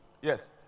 Yes